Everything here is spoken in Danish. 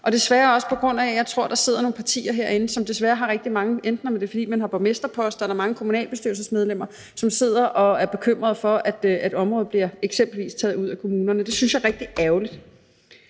og desværre også på grund af, tror jeg, at der sidder nogle partier herinde, som desværre har rigtig mange enten borgmesterposter eller mange kommunalbestyrelsesmedlemmer, som sidder og er bekymrede for, at området eksempelvis bliver taget væk fra kommunerne. Det synes jeg er rigtig ærgerligt.